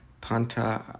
panta